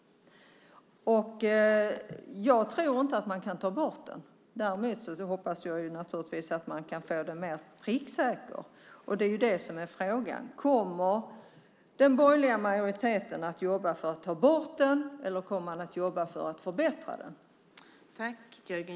Jag tror inte att man kan ta bort den. Däremot hoppas jag naturligtvis att man kan få den mer pricksäker, och det är ju det som är frågan: Kommer den borgerliga majoriteten att jobba för att ta bort den eller kommer man att jobba för att förbättra den?